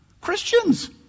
Christians